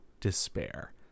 despair